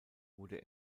wurde